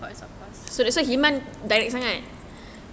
of course of course